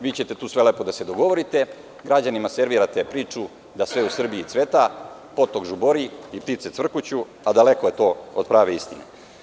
Vi ćete tu sve da se dogovorite, a građanima servirate priču da sve u Srbiji cveta, potok žubori i ptice cvrkuću, a daleko je to od prave istine.